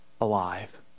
alive